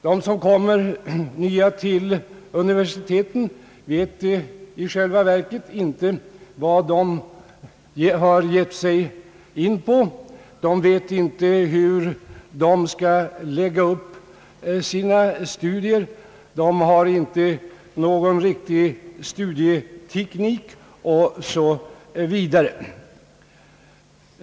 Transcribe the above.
De som kommer nya till universiteten vet i själva verket inte vad de har gett sig in på, de vet inte hur de skall lägga upp sina studier, de har inte någon riktig studieteknik o. s. v.